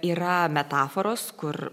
yra metaforos kur